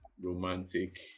romantic